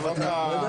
תודה רבה.